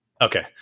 Okay